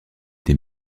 des